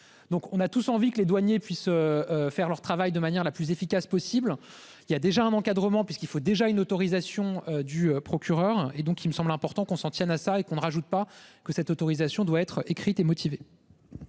Donc on a tous envie que les douaniers puissent. Faire leur travail de manière la plus efficace possible. Il y a déjà un encadrement, puisqu'il faut déjà une autorisation du procureur, et donc il me semble important qu'on s'en tienne à ça et qu'on ne rajoute pas que cette autorisation doit être écrite et motivée.